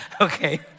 okay